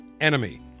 enemy